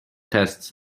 tests